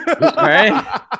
right